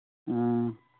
ꯑꯥ